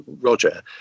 Roger